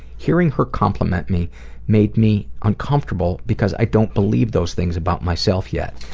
hearing her compliment me made me uncomfortable because i don't believe those things about myself yet.